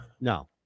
No